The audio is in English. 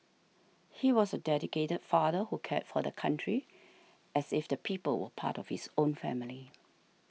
he was a dedicated father who cared for the country as if the people were part of his own family